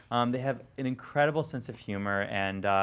they have an incredible sense of humor and,